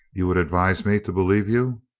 you would advise me to believe you?